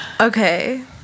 Okay